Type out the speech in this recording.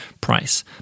price